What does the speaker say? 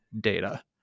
data